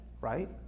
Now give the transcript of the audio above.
Right